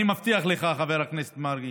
אני מבטיח לך, חבר הכנסת מרגי,